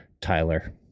Tyler